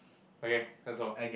okay that's all